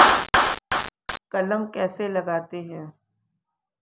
कलम कैसे लगाते हैं?